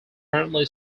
currently